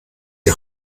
die